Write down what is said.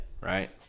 Right